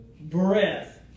breath